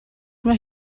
mae